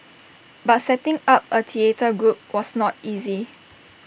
but setting up A theatre group was not easy